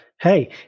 hey